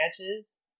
matches